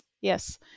yes